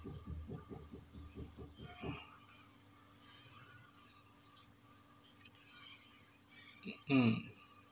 mm